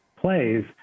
plays